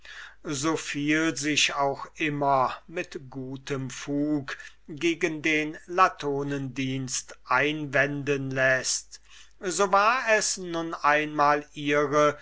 so viel sich auch immer mit gutem fug gegen den latonendienst einwenden läßt so war es nun einmal ihre